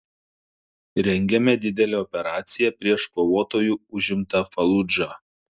rengiame didelę operaciją prieš kovotojų užimtą faludžą